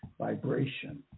vibration